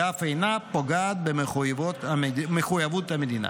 ואף אינו פוגע במחויבויות המדינה.